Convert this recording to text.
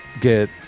get